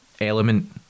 element